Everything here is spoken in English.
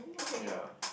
ya